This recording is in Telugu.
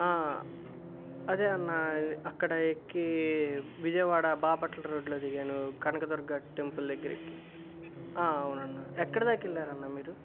అదే అన్నా అక్కడ ఎక్కి విజయవాడ బాపట్ల రోడ్లో దిగాను కనక దుర్గా టెంపుల్ దగ్గరెక్కి అవునన్నా ఎక్కడి దాక వెళ్ళారన్నా మీరు